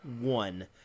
one